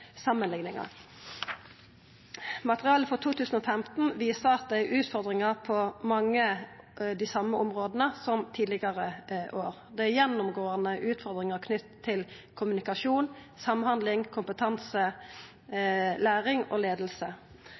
Materialet for 2015 viser at det er utfordringar på mange av dei same områda som tidlegare år. Det er gjennomgåande utfordringar knytte til kommunikasjon, samhandling, kompetanse, læring og